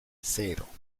cero